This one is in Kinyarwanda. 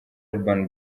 urban